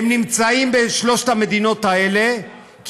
הם נמצאים בשלוש המדינות האלה כי